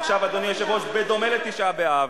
עכשיו, אדוני היושב-ראש, בדומה לתשעה באב,